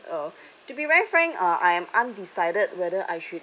uh to be very frank uh I'm undecided whether I should